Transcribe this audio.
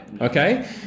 okay